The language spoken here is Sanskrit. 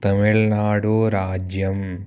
तमिल्नाडूराज्यं